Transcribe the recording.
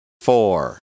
Four